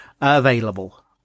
available